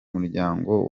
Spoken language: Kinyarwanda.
muryango